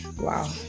wow